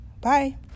Bye